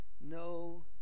no